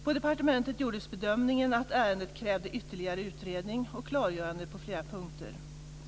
På departementet gjordes bedömningen att ärendet krävde ytterligare utredning och klargöranden på flera punkter.